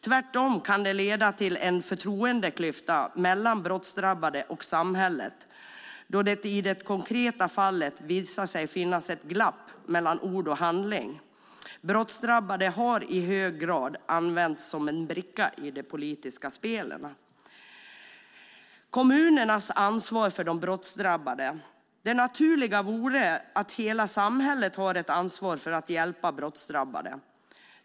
Tvärtom kan det leda till en förtroendeklyfta mellan brottsdrabbade och samhället då det i det konkreta fallet visar sig finnas ett glapp mellan ord och handling. Brottsdrabbade har i hög grad använts som en bricka i det politiska spelet. Vad gäller kommunernas ansvar för de brottsdrabbade vore det naturligt att hela samhället har ett ansvar för att hjälpa brottsdrabbade.